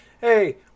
hey